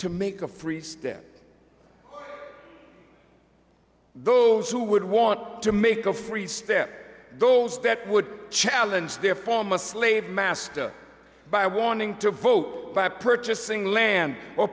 to make a free step those who would want to make a free stare those that would challenge their form a slave master by wanting to vote by purchasing land or